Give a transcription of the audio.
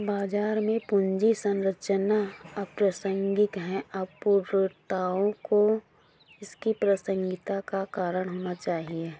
बाजार में पूंजी संरचना अप्रासंगिक है, अपूर्णताओं को इसकी प्रासंगिकता का कारण होना चाहिए